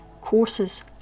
Courses